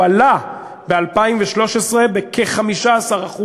הוא עלה ב-2013 בכ-15%.